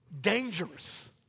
dangerous